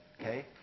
okay